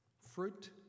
Fruit